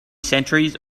centuries